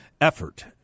Effort